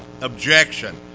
objection